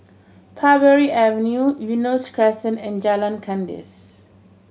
Parbury Avenue Eunos Crescent and Jalan Kandis